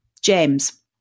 James